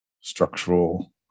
structural